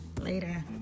Later